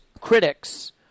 critics